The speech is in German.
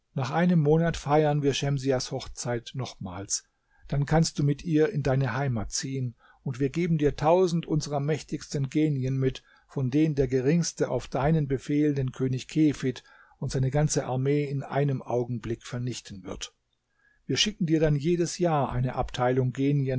nach einem monat feiern wir schemsiahs hochzeit nochmals dann kannst du mit ihr in deine heimat ziehen und wir geben dir tausend unserer mächtigsten genien mit von denen der geringste auf deinen befehl den könig kefid und seine ganze armee in einem augenblick vernichten wird wir schicken dir dann jedes jahr eine abteilung genien